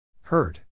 Hurt